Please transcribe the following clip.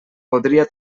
podria